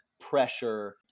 pressure